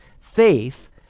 faith